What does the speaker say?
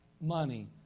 Money